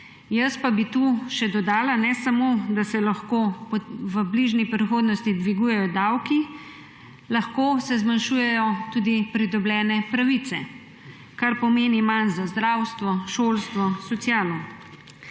Jaz pa bi tu še dodala, da ne samo, da se lahko v bližnji prihodnosti dvigujejo davki, lahko se zmanjšujejo tudi pridobljene pravice, kar pomeni manj za zdravstvo, šolstvo, socialo.